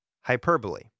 hyperbole